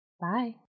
Bye